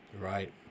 Right